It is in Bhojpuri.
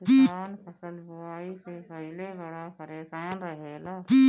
किसान फसल बुआई से पहिले बड़ा परेशान रहेला